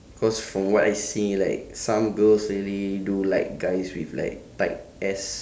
cause from what I see like some girls really do like guys with like tight ass